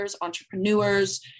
entrepreneurs